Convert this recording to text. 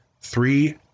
three